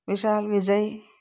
Vishal Vijay